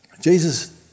Jesus